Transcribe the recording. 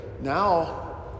now